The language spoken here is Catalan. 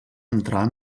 entrar